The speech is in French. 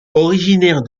originaire